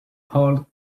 hold